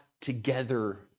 together